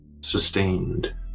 sustained